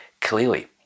clearly